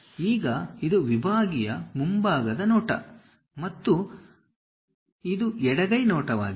ಈಗ ಇದು ವಿಭಾಗೀಯ ಮುಂಭಾಗದ ನೋಟ ಮತ್ತು ಇದು ಎಡಗೈ ನೋಟವಾಗಿದೆ